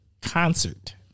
Concert